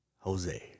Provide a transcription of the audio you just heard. Jose